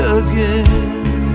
again